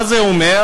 מה זה אומר?